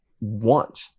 want